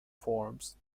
forms